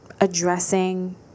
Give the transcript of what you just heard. addressing